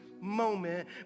moment